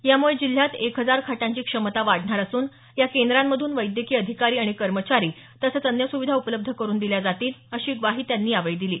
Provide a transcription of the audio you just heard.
यामुळे जिल्ह्यात एक हजार खाटांची क्षमता वाढणार असून या केंद्रांमधून वैद्यकीय अधिकारी आणि कर्मचारी तसंच अन्य सुविधा उपलब्ध करुन दिल्या जातील अशी ग्वाही त्यांनी यावेळी दिली